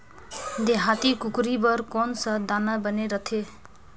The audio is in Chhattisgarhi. देहाती कुकरी बर कौन सा दाना बने रथे?